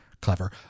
clever